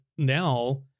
Now